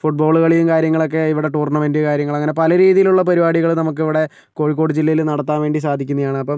ഫുട് ball കളിയും കാര്യങ്ങളൊക്കെ ഇവിടെ ടൂർണമെൻറ്റ് കാര്യങ്ങൾ അങ്ങനെ പല രീതിയിലുള്ള പരുപാടികൾ നമുക്കിവിടെ കോഴിക്കോട് ജില്ലയിൽ നടത്താൻ വേണ്ടി സാധിക്കുന്നതാണ് അപ്പം